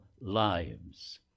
lives